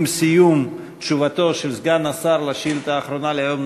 עם סיום תשובתו של סגן השר לשאילתה האחרונה להיום,